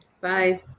Bye